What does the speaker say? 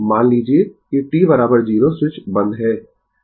मान लीजिए कि t 0 स्विच बंद है